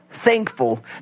thankful